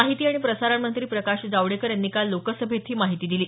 माहिती आणि प्रसारण मंत्री प्रकाश जावडेकर यांनी काल लोकसभेत ही माहिती दिली